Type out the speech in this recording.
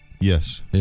Yes